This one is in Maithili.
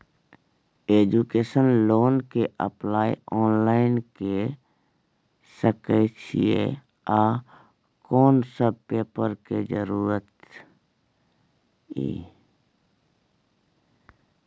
एजुकेशन लोन के अप्लाई ऑनलाइन के सके छिए आ कोन सब पेपर के जरूरत इ?